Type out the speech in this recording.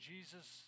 Jesus